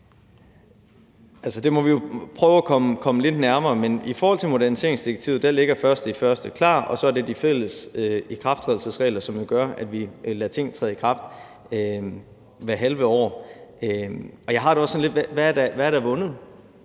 det må vi jo prøve at komme lidt nærmere. Men i forhold til moderniseringsdirektivet ligger datoen den 1. januar fast, og så er det de fælles ikrafttrædelsesregler, som gør, at vi lader ting træde i kraft hvert halve år. Jeg har det også sådan lidt: Hvad er der vundet?